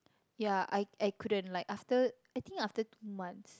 ya I I couldn't like after I think after two months